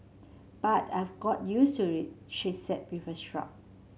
but I've got use to it she said with a shrug